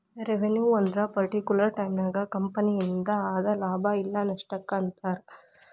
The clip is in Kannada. ರೆವೆನ್ಯೂ ಅಂದ್ರ ಪರ್ಟಿಕ್ಯುಲರ್ ಟೈಮನ್ಯಾಗ ಕಂಪನಿಯಿಂದ ಆದ ಲಾಭ ಇಲ್ಲ ನಷ್ಟಕ್ಕ ಅಂತಾರ